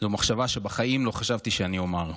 זו מחשבה שבחיים לא חשבתי שאני אומר.